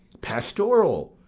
pastoral,